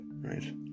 right